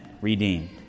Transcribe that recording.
redeemed